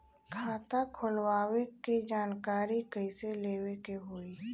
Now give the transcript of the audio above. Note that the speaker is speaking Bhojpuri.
खाता खोलवावे के जानकारी कैसे लेवे के होई?